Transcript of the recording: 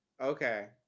Okay